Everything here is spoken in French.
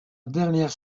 dernière